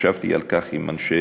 ישבתי על כך עם אנשי